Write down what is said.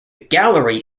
gallery